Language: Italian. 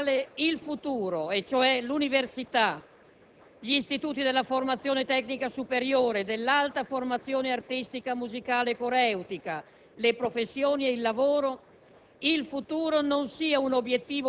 un passaggio rispetto al quale il futuro - e cioè l'università, gli istituti della formazione tecnica superiore, dell'alta formazione artistica, musicale e coreutica, le professioni e il lavoro